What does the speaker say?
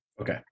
Okay